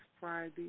Friday